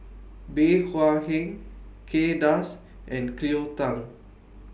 Bey Hua Heng Kay Das and Cleo Thang